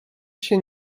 się